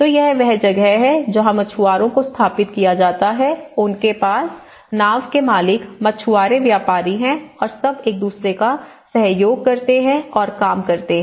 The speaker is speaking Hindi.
तो यह वह जगह है जहां मछुआरों को स्थापित किया जाता है आपके पास नाव के मालिक मछुआरे व्यापारी हैं और सब एक दूसरे का सहयोग करते हैं और काम करते हैं